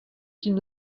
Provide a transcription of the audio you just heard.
qu’ils